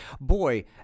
Boy